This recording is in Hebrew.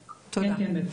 כן, בטח.